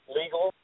legal